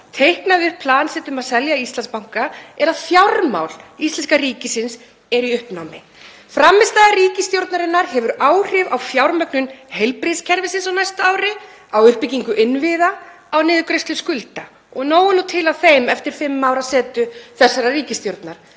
teiknaði upp plan sitt um að selja Íslandsbanka er að fjármál íslenska ríkisins eru í uppnámi. Frammistaða ríkisstjórnarinnar hefur áhrif á fjármögnun heilbrigðiskerfisins á næsta ári, á uppbyggingu innviða, á niðurgreiðslu skulda og nóg er til af þeim eftir fimm ára setu þessarar ríkisstjórnar.